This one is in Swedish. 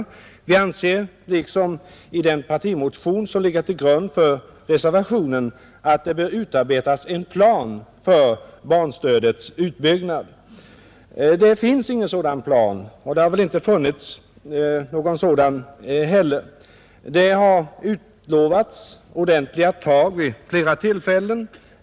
Vi anser, liksom i den partimotion som ligger till grund för reservationen, att det bör utarbetas en plan för barnstödets utbyggnad. Det finns ingen sådan plan, och det har väl inte heller funnits någon sådan. Det har utlovats ordentliga tag vid flera tillfällen.